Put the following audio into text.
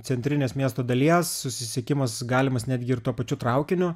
centrinės miesto dalies susisiekimas galimas netgi ir tuo pačiu traukiniu